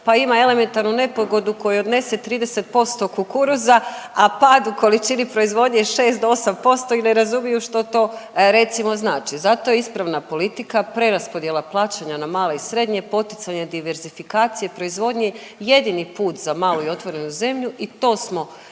pa ima elementarnu nepogodu koja odnese 30% kukuruza, a pad u količini proizvodnje je 6-8% i ne razumiju što to recimo znači. Zato je ispravna politika preraspodjela plaćanja na male i srednje, poticanje diverzifikacije proizvodnji jedini put za malu i otvorenu zemlju i to smo zato